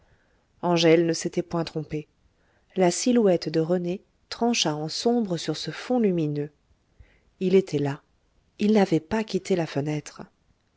angèle ne s'était point trompée la silhouette de rené trancha en sombre sur ce fond lumineux il était là il n'avait pas quitté la fenêtre